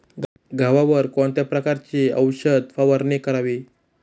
गव्हावर कोणत्या प्रकारची औषध फवारणी करावी?